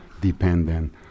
dependent